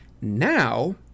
Now